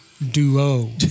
Duo